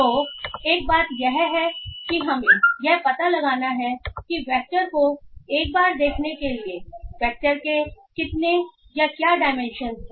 तो एक बात यह है कि हमें यह पता लगाना है कि वेक्टर को एक बार देखने के लिए वेक्टर के कितने या क्या डायमेंशन हैं